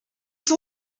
ton